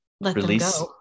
release